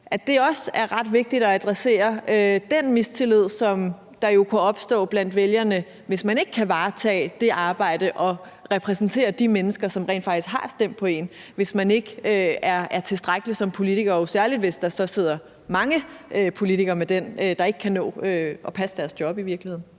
det er ret vigtigt at adressere den mistillid, der jo kunne opstå blandt vælgerne, hvis man ikke kan varetage det arbejde og repræsentere de mennesker, som rent faktisk har stemt på en, hvis man som politikere ikke er tilstrækkelig mange, og jo særlig hvis der så sidder mange politikere, som i virkeligheden ikke kan nå at passe deres job. Kl.